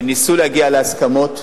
וניסו להגיע להסכמות,